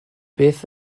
beth